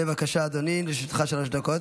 בבקשה, אדוני, לרשותך שלוש דקות.